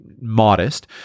modest